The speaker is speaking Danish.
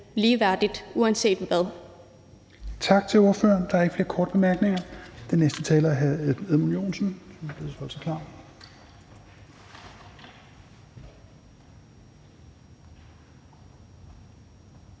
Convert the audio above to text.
ligeværdige uanset hvad.